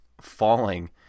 falling